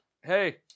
Hey